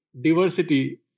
diversity